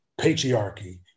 patriarchy